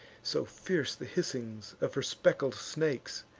so fierce the hissings of her speckled snakes.